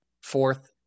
fourth